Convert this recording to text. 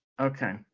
Okay